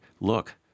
look